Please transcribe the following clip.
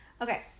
Okay